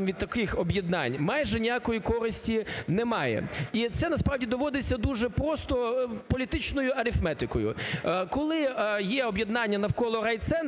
від таких об'єднань майже ніякої користі немає. І це насправді доводиться дуже просто політичною арифметикою, коли є об'єднання навколо райцентру